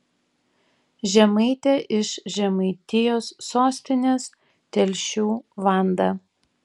žemaitė iš žemaitijos sostinės telšių vanda